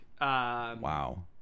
Wow